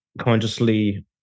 consciously